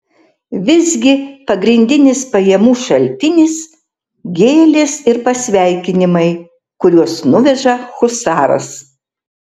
visgi pagrindinis pajamų šaltinis gėlės ir pasveikinimai kuriuos nuveža husaras